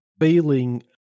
feeling